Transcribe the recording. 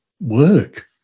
work